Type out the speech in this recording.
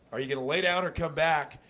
are you gonna lay down or come back?